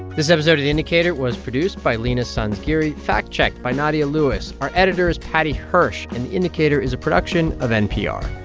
this episode of the indicator was produced by leena sanzgiri, fact-checked by nadia lewis. our editor is paddy hirsch. and the indicator is a production of npr